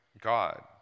God